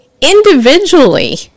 individually